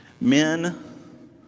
Men